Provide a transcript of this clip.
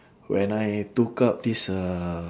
when I took up this uh